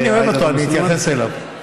אני אוהב אותו, אני אתייחס אליו.